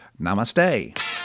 Namaste